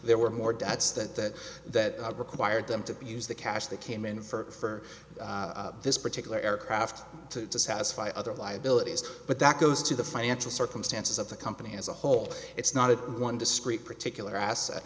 there were more debts that that required them to use the cash that came in for this particular aircraft to satisfy other liabilities but that goes to the financial circumstances of the company as a whole it's not a one discrete particular asset